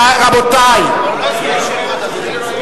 תהיה הצבעה, אדוני היושב-ראש?